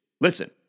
Listen